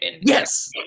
Yes